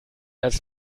als